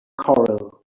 corral